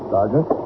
Sergeant